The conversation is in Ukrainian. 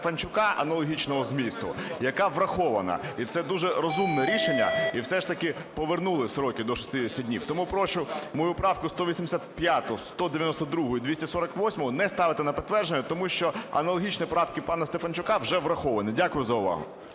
Дякую за увагу.